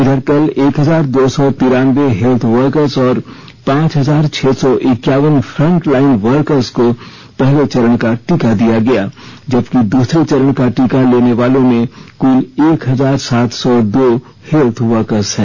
इधर कल एक हजार दो सौ तिरान्बे हेल्थवर्कर्स और पांच हजार छह सौ इक्यावन फ्रंटलाइन वर्कर्स को पहले चरण का टीका दिया गया जबकि दूसरे चरण का टीका लेने वालों में कुल एक हजार सात सौ दो हेल्थवर्कर्स हैं